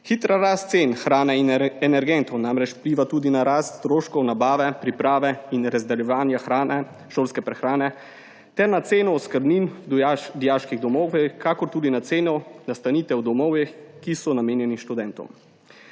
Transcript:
Hitra rast cen hrane in energentov namreč vpliva tudi na rast stroškov nabave, priprave in razdeljevanja šolske prehrane ter na ceno oskrbnin dijaških domov, kakor tudi na ceno nastanitev v domovih, ki so namenjeni študentom.